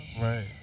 Right